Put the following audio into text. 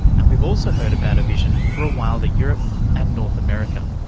and we've also heard about a vision for a wilder europe and north america.